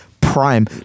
prime